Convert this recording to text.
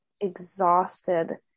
exhausted